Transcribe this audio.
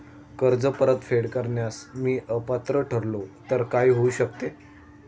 कर्ज परतफेड करण्यास मी अपात्र ठरलो तर काय होऊ शकते?